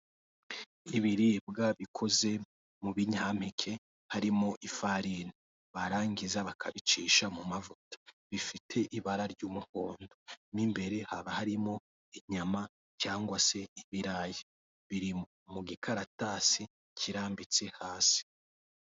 Ibiribwa bikoze mu binyampeke harimo ifarini barangiza bakabicisha mu mavuta bifite ibara ry'umuhondo n'imbere haba harimo inyama cyangwa se ibirayi biri mu gikaratasi kirambitse hasi.